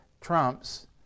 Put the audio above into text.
trumps